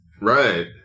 right